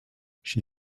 she